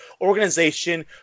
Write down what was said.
organization